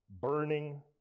burning